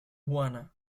juana